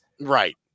Right